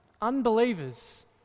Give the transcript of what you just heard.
unbelievers